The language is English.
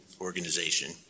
organization